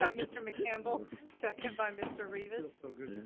um mr. mccampbell, second by mr. rivas. it